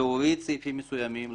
להוריד סעיפים מסוימים.